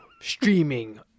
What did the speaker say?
Streaming